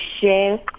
share